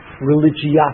religiosity